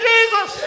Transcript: Jesus